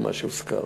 ומה שהוזכר.